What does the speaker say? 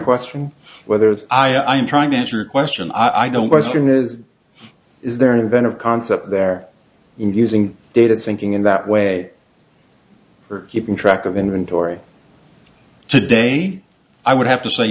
question whether i am trying to answer your question i don't question is is there an event of concept there in using data sinking in that way or keeping track of inventory today i would have to say